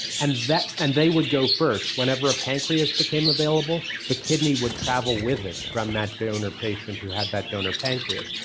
and and they would go first. whenever a pancreas became available the kidney would travel with it from that donor patient who had that donor pancreas.